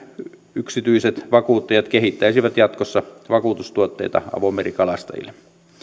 yksityiset vakuuttajat kehittäisivät jatkossa vakuutustuotteita avomerikalastajille